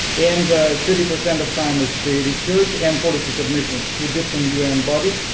and fifty percent of time is the research and policy submissions to different un bodies,